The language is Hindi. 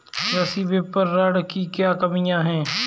कृषि विपणन की क्या कमियाँ हैं?